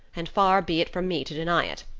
and far be it from me to deny it.